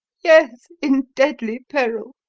yes in deadly peril.